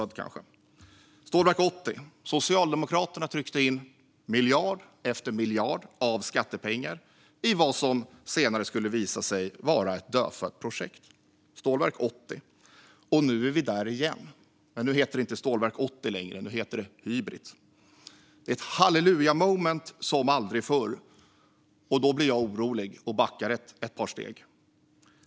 När det gäller Stålverk 80 tryckte Socialdemokraterna in miljard efter miljard av skattepengar i vad som senare skulle visa sig vara ett dödfött projekt. Och nu är vi där igen, men nu heter det inte Stålverk 80 längre utan Hybrit. Det är ett hallelujah moment som aldrig förr. Då blir jag orolig och backar ett par steg.